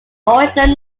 original